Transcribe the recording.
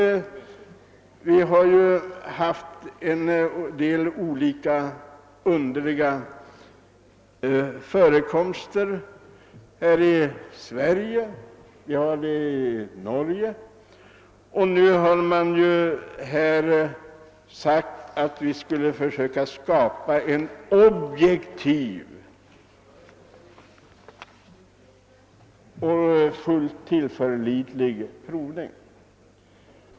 Vi har ju haft en del underliga företeelser på området här i Sverige liksom man har det i Norge. Nu har det sagts att man skall försöka skapa en objektiv och fullt tillförlitlig provning.